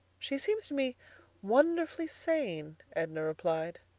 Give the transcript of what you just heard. she seems to me wonderfully sane, edna replied.